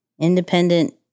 independent